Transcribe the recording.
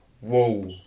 whoa